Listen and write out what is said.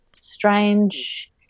strange